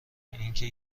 اینکه